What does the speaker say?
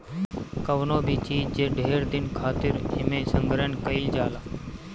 कवनो भी चीज जे ढेर दिन खातिर एमे संग्रहण कइल जाला